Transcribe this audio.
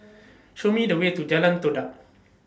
Show Me The Way to Jalan Todak